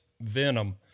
Venom